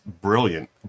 brilliant